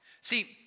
See